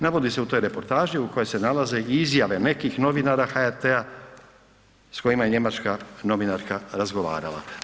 Navodi se u toj reportaži u kojoj se nalaze i izjave nekih novinara HRT-a s kojima je njemačka novinarska razgovarala.